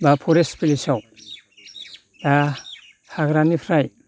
बा फरेस्ट भिलेजआव दा हाग्रानिफ्राय